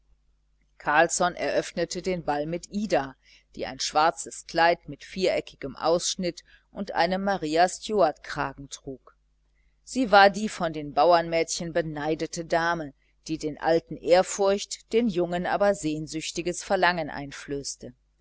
carlsson eröffnete den ball mit ida die ein schwarzes kleid mit viereckigem ausschnitt und einen maria stuart kragen trug sie war die von den bauernmädchen beneidete dame die den alten ehrfurcht den jungen aber sehnsüchtiges verlangen einflößte